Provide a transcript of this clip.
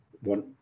one